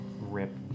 Rip